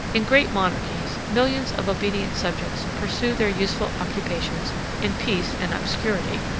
in great monarchies, millions of obedient subjects pursue their useful occupations in peace and obscurity.